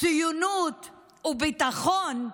ציונות וביטחון,